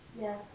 Yes